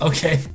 Okay